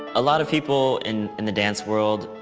a lot of people in in the dance world,